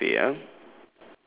paul cafe ah